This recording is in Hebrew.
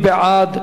מי בעד?